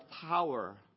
power